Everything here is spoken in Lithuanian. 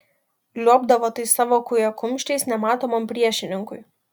liuobdavo tais savo kūjakumščiais nematomam priešininkui